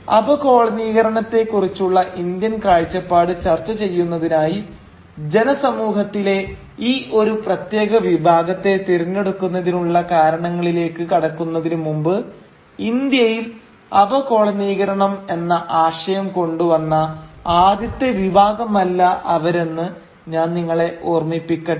അപകോളനീകരണത്തെ കുറിച്ചുള്ള ഇന്ത്യൻ കാഴ്ചപ്പാട് ചർച്ച ചെയ്യുന്നതിനായി ജന സമൂഹത്തിലെ ഈ ഒരു പ്രത്യേക വിഭാഗത്തെ തിരഞ്ഞെടുക്കുന്നതിനുള്ള കാരണങ്ങളിലേക്ക് കടക്കുന്നതിനു മുമ്പ് ഇന്ത്യയിൽ അപകോളനീകരണം എന്ന ആശയം കൊണ്ടു വന്ന ആദ്യത്തെ വിഭാഗമല്ല അവരെന്ന് ഞാൻ നിങ്ങളെ ഓർമ്മിപ്പിക്കട്ടെ